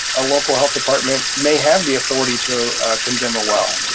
a local health department may have the authority to condemn a well,